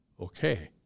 Okay